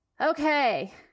Okay